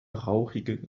rauchige